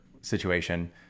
situation